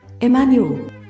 Emmanuel